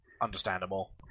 understandable